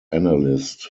analyst